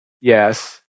Yes